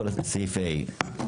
סעיף ה.